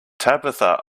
tabitha